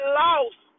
lost